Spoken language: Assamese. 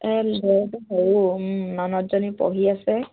এই সৰু ননদজনী পঢ়ি আছে